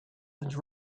and